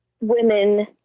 women